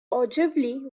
ogilvy